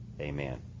Amen